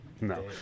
no